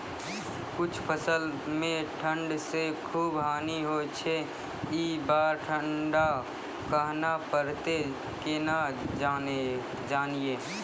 कुछ फसल मे ठंड से खूब हानि होय छैय ई बार ठंडा कहना परतै केना जानये?